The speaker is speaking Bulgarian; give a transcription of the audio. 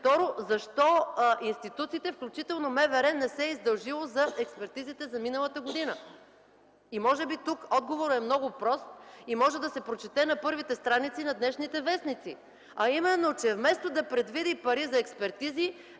Второ, защо институциите, включително и МВР, не са се издължили за експертизите за миналата година? Може би тук отговорът е много прост и може да се прочете на първите страници на днешните вестници. А именно, че вместо да предвиди пари за експертизи,